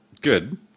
good